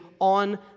on